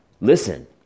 listen